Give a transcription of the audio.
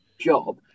job